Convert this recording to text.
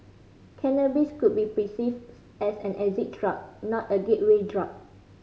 cannabis could be perceived as an exit drug not a gateway drug